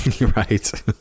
right